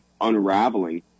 unraveling